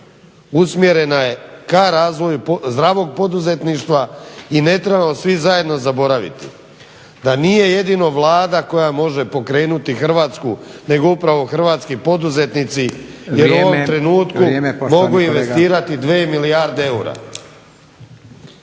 usmjerena je ka razvoju zdravog poduzetništva i ne trebamo svi zajedno zaboraviti da nije jedino Vlada koja može pokrenuti Hrvatsku, nego upravo hrvatski poduzetnici, jer u ovom trenutku mogu investirati 2 milijarde eura.